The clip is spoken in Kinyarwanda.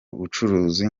ubucuruzi